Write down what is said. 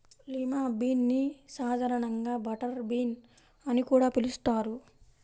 lima bean ని సాధారణంగా butter bean అని కూడా పిలుస్తారు